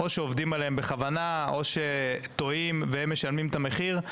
או שעובדים עליהם בכוונה או שטועים והם משלמים את המחיר.